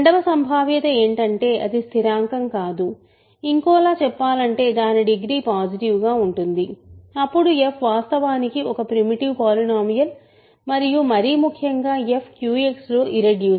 రెండవ సంభావ్యత ఏంటంటే అది స్థిరాంకం కాదు ఇంకోలా చెప్పాలంటే దాని డిగ్రీ పాసిటివ్గా ఉంటుంది అప్పుడు f వాస్తవానికి ఒక ప్రీమిటివ్ పాలినోమియల్ మరియు మరీ ముఖ్యంగా f QX లో ఇర్రెడ్యూసిబుల్